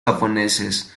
japoneses